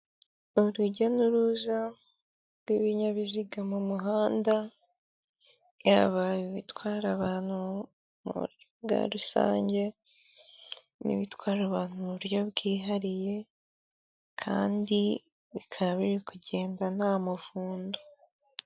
Urujya n'uruza rw'ibinyabiziga mu mihanda haba ibitwara abantu mu buryo bwa rusange n'ibitwara abantu mu buryo bwihariye kandi bikaba biri kugenda nta mavundo.